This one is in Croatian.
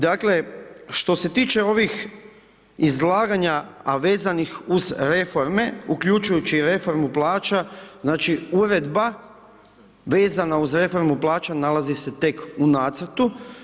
Dakle, što se tiče ovih izlaganja a vezanih uz reforme uključujući i reformu plaća, znači uredba vezana uz reformu plaća nalazi se tek u nacrtu.